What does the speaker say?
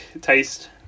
taste